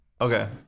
Okay